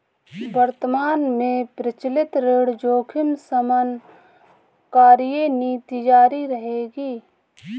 वर्तमान में प्रचलित ऋण जोखिम शमन कार्यनीति जारी रहेगी